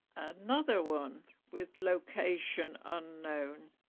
another one with location unknown